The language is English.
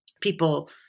people